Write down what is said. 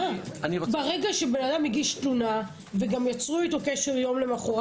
ברגע שאדם הגיש תלונה וגם יצרו איתו קשר יום למחרת,